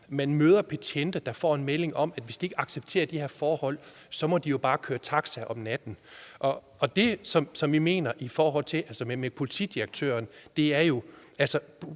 Man møder betjente, der får en melding om, at hvis ikke de accepterer de her forhold, må de jo bare køre taxa om natten. Det, vi mener der er med politidirektøren, er jo, at